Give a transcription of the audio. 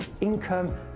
income